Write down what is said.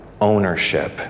ownership